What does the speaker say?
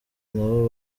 nabo